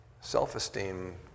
Self-esteem